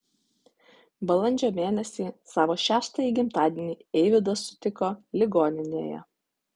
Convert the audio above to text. balandžio mėnesį savo šeštąjį gimtadienį eivydas sutiko ligoninėje